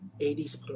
80s